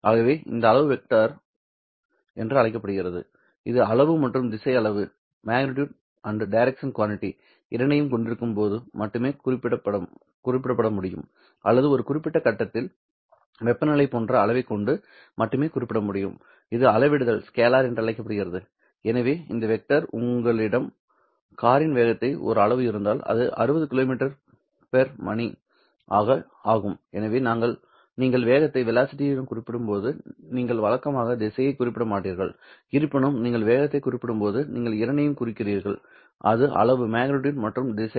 ஆகவே இந்த அளவு வெக்டர் என்று அழைக்கப்படுகிறது அது அளவு மற்றும் திசை அளவு இரண்டையும் கொண்டிருக்கும்போது மட்டுமே குறிப்பிடப்பட முடியும் அல்லது ஒரு குறிப்பிட்ட கட்டத்தில் வெப்பநிலை போன்ற அளவைக் கொண்டு மட்டுமே குறிப்பிட முடியும் இது அளவிடுதல் என்று அழைக்கப்படுகிறது எனவே இந்த வெக்டர் உங்களிடம் காரின் வேகத்திற்கு ஒரு அளவு இருந்தால் அது 60 கிமீ மணி ஆகும் எனவே நீங்கள் வேகத்தைக் குறிப்பிடும்போது நீங்கள் வழக்கமாக திசையைக் குறிப்பிட மாட்டீர்கள் இருப்பினும் நீங்கள் வேகத்தைக் குறிப்பிடும்போது நீங்கள் இரண்டையும் குறிப்பிடுகிறீர்கள் அது அளவு மற்றும் திசை